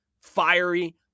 fiery